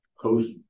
post